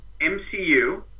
MCU